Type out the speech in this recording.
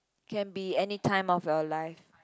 can be any time of your life